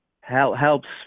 helps